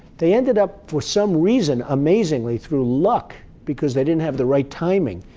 they ended up for some reason, amazingly, through luck, because they didn't have the right timing,